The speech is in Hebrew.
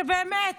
שבאמת